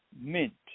mint